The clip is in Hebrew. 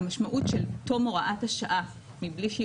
והמשמעות של תום הוראת השעה מבלי שהיא